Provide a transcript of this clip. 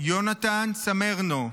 יונתן סמרנו,